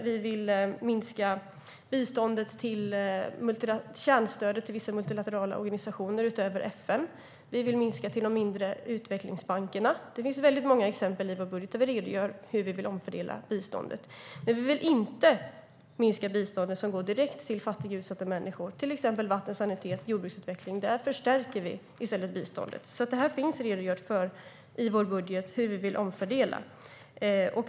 Vi vill minska kärnstödet till vissa multilaterala organisationer utöver FN. Vi vill minska på de mindre utvecklingsbankerna. Det finns väldigt många exempel i vår budget där vi redogör för hur vi vill omfördela biståndet. Men vi vill inte minska det bistånd som går direkt till fattiga och utsatta människor, till exempel vatten, sanitet, jordbruksutveckling. Där förstärker vi i stället biståndet. Det finns redogjort för i vår budget hur vi vill omfördela.